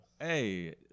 Hey